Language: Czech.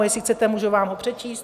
Jestli chcete, můžu vám ho přečíst.